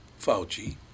Fauci